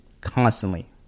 constantly